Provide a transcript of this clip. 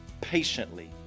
patiently